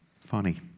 Funny